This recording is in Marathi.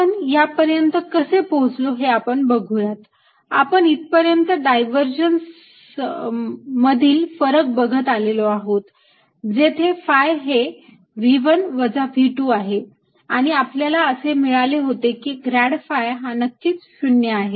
आपण या पर्यंत कसे पोहोचलो हे आपण बघूयात आपण इथपर्यंत डायव्हर्जन्स मधील फरक बघत बघत आलेलो आहोत जेथे phi हे V1 वजा V2 आहे आणि आपल्याला असे मिळाले होते की ग्रॅड phi हा नक्कीच 0 आहे